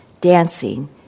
dancing